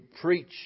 preach